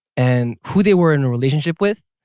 and who they were in a relationship with,